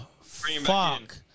Fuck